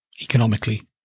economically